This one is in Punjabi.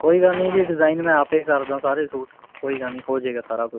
ਕੋਈ ਗੱਲ ਨਹੀਂ ਜੀ ਡਿਜ਼ਾਇਨ ਮੈਂ ਆਪ ਏ ਕਰਦਾ ਸਾਰੇ ਸੂਟ ਕੋਈ ਗੱਲ ਨਹੀਂ ਹੋ ਜਾਵੇਗਾ ਸਾਰਾ ਕੁਛ